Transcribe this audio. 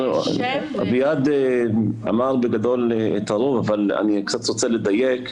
אביעד אמר בגדול את הרוב, אבל אני קצת רוצה לדייק.